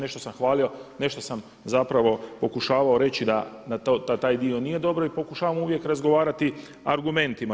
Nešto sam hvalio, nešto sam pokušavao reći da taj dio nije dobro i pokušavam uvijek razgovarati argumentima.